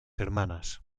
hermanas